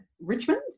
Richmond